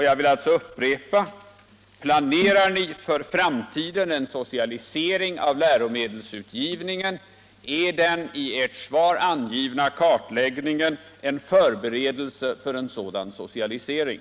Jag vill alltså upprepa: Planerar ni för framtiden en socialisering av läromedelsutgivningen? Är den i ert svar angivna kartläggningen en förberedelse för en sådan socialisering?